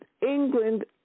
England